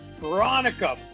Veronica